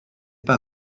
pas